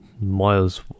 miles